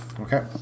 okay